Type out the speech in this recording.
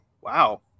wow